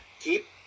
Keep